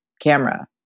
camera